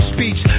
Speech